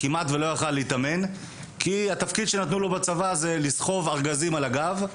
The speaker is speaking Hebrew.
כמעט ולא התאמן מכיוון שתפקידו היה לסחוב ארגזים על הגב,